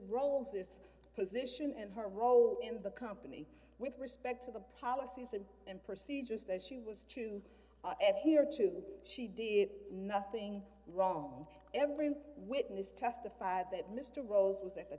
this position and her role in the company with respect to the policies and procedures that she was to ever hear to she did nothing wrong every witness testified that mr rose was at the